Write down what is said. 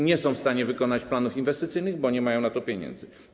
Nie są w stanie wykonać planów inwestycyjnych, bo nie mają na to pieniędzy.